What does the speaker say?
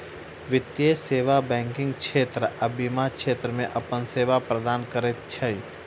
वित्तीय सेवा बैंकिग क्षेत्र आ बीमा क्षेत्र मे अपन सेवा प्रदान करैत छै